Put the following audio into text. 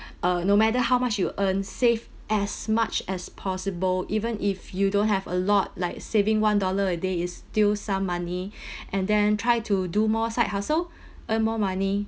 uh no matter how much you earn save as much as possible even if you don't have a lot like saving one dollar a day is still some money and then try to do more side hustle earn more money